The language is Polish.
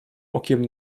okiem